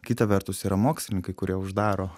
kita vertus yra mokslininkai kurie uždaro